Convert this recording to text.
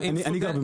אני גר במעונות.